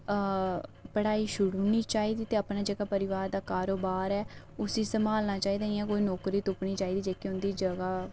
पढ़ाई छोड़ी ओड़नी चाहिदी ते अपना जेह्का कारोबार ऐ उसी सम्हालना चाहिदा इ'यां कोई नौकरी तुप्पनी चाहिदी जेह्की उं'दी जगह्